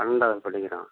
பன்னெண்டாவது படிக்கிறான்